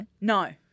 No